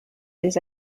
les